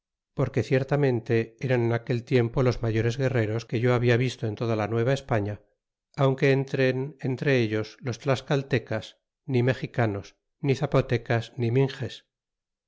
porque ciertamente eran en aquel tiempo los mayores guerreros que yo habla visto en toda la nueva españa aunque entren entre ellos los tlascaltecas ni mexicanos ni zapotecas ni minges